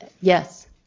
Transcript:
Yes